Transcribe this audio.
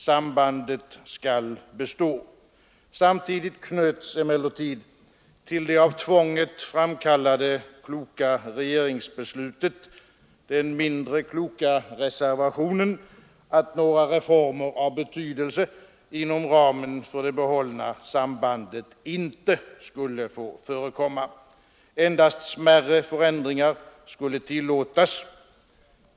Sambandet skall bestå. Samtidigt knöts emellertid till det av tvånget framkallade kloka regeringsbeslutet den mindre kloka reservationen att några reformer av betydelse inom ramen för det behållna sambandet inte skulle få förekomma. Endast smärre förändringar skulle tillåtas.